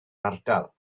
ardal